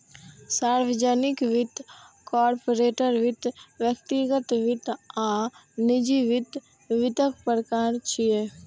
सार्वजनिक वित्त, कॉरपोरेट वित्त, व्यक्तिगत वित्त आ निजी वित्त वित्तक प्रकार छियै